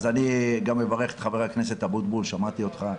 אני גם מברך את ח"כ אבוטבול, שמעתי אותך,